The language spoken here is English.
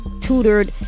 tutored